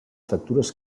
factures